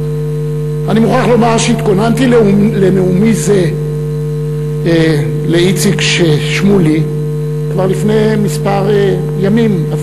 אני מוכרח לומר שהתכוננתי לנאומי זה לאיציק שמולי כבר לפני ימים מספר,